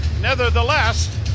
nevertheless